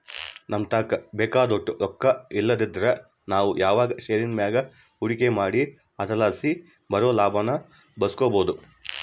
ನಮತಾಕ ಬೇಕಾದೋಟು ರೊಕ್ಕ ಇಲ್ಲಂದ್ರ ನಾವು ಯಾವ್ದನ ಷೇರಿನ್ ಮ್ಯಾಗ ಹೂಡಿಕೆ ಮಾಡಿ ಅದರಲಾಸಿ ಬರೋ ಲಾಭಾನ ಬಳಸ್ಬೋದು